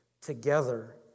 together